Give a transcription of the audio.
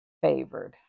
Favored